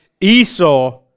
Esau